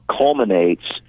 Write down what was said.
culminates